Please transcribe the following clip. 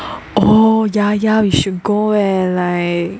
oh ya ya we should go eh like